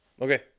okay